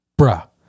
bruh